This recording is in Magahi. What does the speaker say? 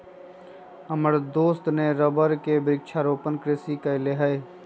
हमर दोस्त ने रबर के वृक्षारोपण कृषि कईले हई